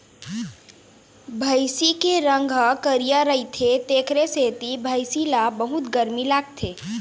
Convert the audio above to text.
भइसी के रंग ह करिया रहिथे तेखरे सेती भइसी ल बहुत गरमी लागथे